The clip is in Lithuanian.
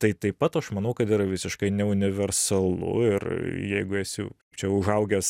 tai taip pat aš manau kad yra visiškai neuniversalu ir jeigu esi čia užaugęs